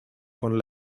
con